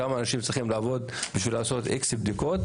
וכמה אנשים צריכים לעבוד בשביל לעשות X בדיקות?